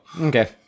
Okay